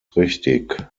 richtig